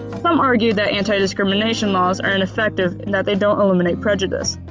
some argue that anti-discrimination laws are ineffective and that they don't eliminate prejudice.